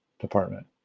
department